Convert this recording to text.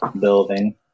building